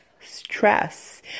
stress